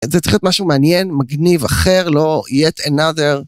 זה צריך להיות משהו מעניין, מגניב, אחר, לא yet another.